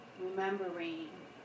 remembering